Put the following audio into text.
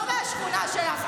מהשכונה שלך.